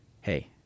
hey